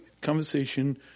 conversation